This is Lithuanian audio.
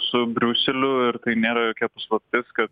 su briuseliu ir tai nėra jokia paslaptis kad